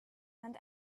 and